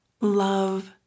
love